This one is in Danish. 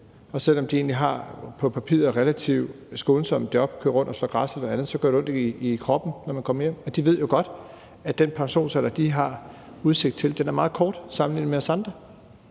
Selv om de på papiret har relativt skånsomme job og kører rundt og slår græs eller noget andet, så gør det ondt i kroppen, når de kommer hjem. De ved jo godt, at den tid, de har udsigt til som pensionist, er meget kort sammenlignet med os andre.